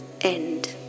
end